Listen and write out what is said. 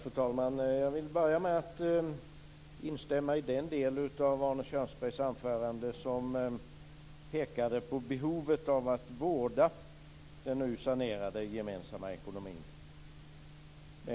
Fru talman! Jag vill börja med att instämma i den del av Arne Kjörnsbergs anförande som pekade på behovet av att vårda den nu sanerade gemensamma ekonomin.